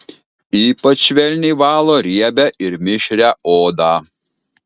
ypač švelniai valo riebią ir mišrią odą